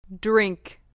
Drink